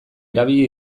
erabili